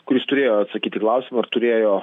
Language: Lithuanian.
kuris turėjo atsakyti į klausimą ar turėjo